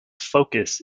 focus